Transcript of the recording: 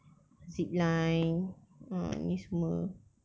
zipline ah ni semua